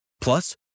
Plus